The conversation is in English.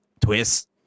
twist